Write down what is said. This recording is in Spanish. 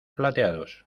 plateados